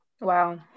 Wow